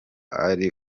ari